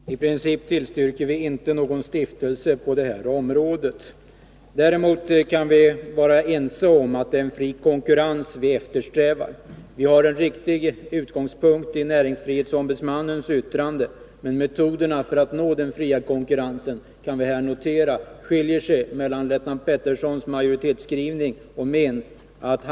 Herr talman! I princip tillstyrker vi inte någon stiftelse på det här området. Däremot kan vi vara ense om att det är en fri konkurrens vi eftersträvar. Vi har en viktig utgångspunkt i näringsfrihetsombudsmannens yttrande. Men jag vill här notera att när det gäller metoderna för att nå denna fria konkurrens skiljer sig Lennart Petterssons majoritetsskrivning från vår uppfattning.